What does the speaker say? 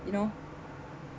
you know